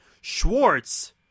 Schwartz